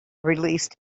released